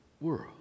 world